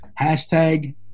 Hashtag